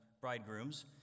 bridegrooms